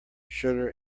sugar